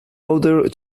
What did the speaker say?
other